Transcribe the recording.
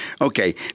Okay